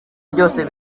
byose